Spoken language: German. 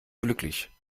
glücklich